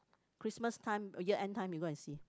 Christmas time year end time you go and see